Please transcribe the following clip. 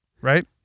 right